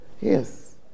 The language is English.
Yes